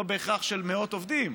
לא בהכרח של מאות עובדים,